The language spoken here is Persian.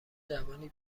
جوانی